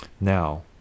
now